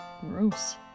gross